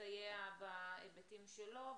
שמסייע בהיבטים שלו,